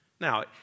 Now